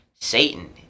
satan